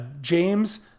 James